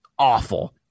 Awful